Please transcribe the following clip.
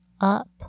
up